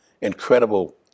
incredible